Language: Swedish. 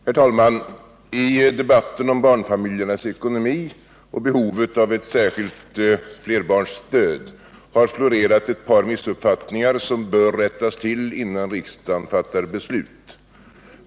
Herr talman! I debatten om barnfamiljernas ekonomi och behovet av ett särskilt flerbarnsstöd har florerat ett par missuppfattningar som bör rättas till, innan riksdagen fattar beslut.